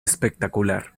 espectacular